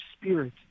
spirit